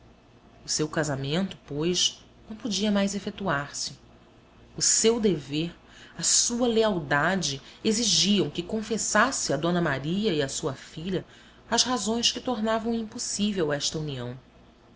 o seu casamento pois não podia mais efetuar se o seu dever a sua lealdade exigiam que confessasse a d maria e a sua filha as razões que tornavam impossível esta união